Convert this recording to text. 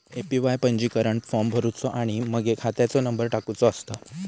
APY पंजीकरण form भरुचो आणि मगे खात्याचो नंबर टाकुचो असता